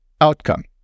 outcome